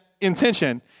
intention